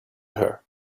her